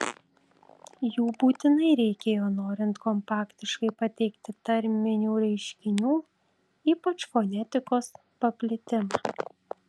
jų būtinai reikėjo norint kompaktiškai pateikti tarminių reiškinių ypač fonetikos paplitimą